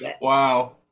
Wow